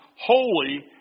holy